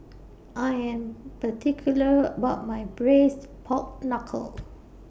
I Am particular about My Braised Pork Knuckle